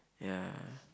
ya